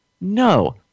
No